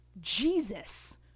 Jesus